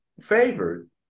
favored